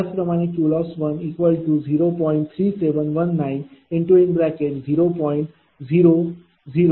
त्याचप्रमाणेQLoss10